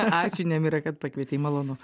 ačiū nemira kad pakvietei malonu